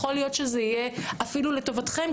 יכול להיות שזה יהיה אפילו לטובתכם,